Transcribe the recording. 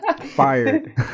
fired